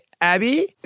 Abby